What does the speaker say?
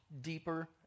deeper